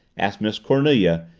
asked miss cornelia,